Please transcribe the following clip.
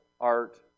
art